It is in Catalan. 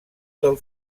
del